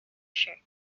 shirt